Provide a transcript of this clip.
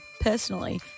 personally